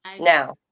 now